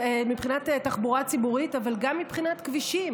תחבורה ציבורית אבל גם מבחינת כבישים.